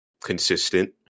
consistent